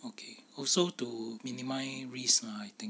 okay also to minimise risk lah I think